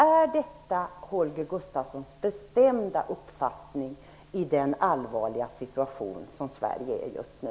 Är detta Holger Gustafssons bestämda uppfattning i den allvarliga situation som Sverige är i just nu?